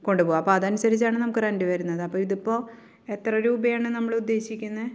കൊണ്ടുപോകും അപ്പോൾ അതനുസരിച്ചാണ് നമുക്ക് റെൻറ്റ് വരുന്നത് അപ്പോൾ ഇതിപ്പോൾ എത്ര രൂപയാണ് നമ്മളുദ്ദേശിക്കുന്നത്